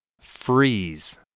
freeze